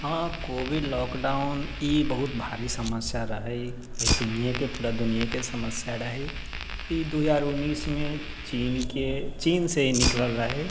हँ covid lockdown ई बहुत भारी समस्या रहै एहि दुनियाके पूरा दुनियाके समस्या रहै ई दुइ हजार उनैसमे चीनके चीनसँ ई निकलल रहै